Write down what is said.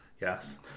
Yes